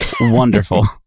wonderful